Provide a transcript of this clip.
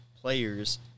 players –